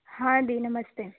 हाँ दी नमस्ते